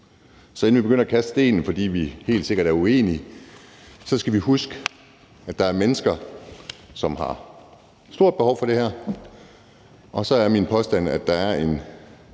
Inden vi begynder at kaste stenene, fordi vi helt sikkert er uenige, så skal vi huske, at der er mennesker, som har stort behov for det her. Så er min påstand, at der er en